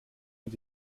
mit